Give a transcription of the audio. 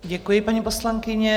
Děkuji, paní poslankyně.